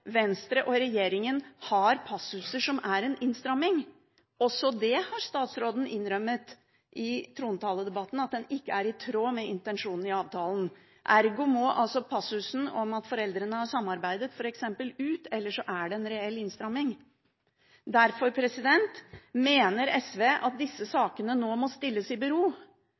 Venstre og regjeringen, har passuser om innstramming. Statsråden innrømmet også i trontaledebatten at den ikke er i tråd med intensjonene i avtalen, ergo må passusen om at foreldrene har samarbeidet, f.eks., ut, eller så er det en reell innstramming. Derfor mener SV at disse sakene nå må stilles i bero,